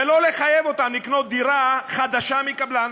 ולא לחייב אותם לקנות דירה חדשה מקבלן.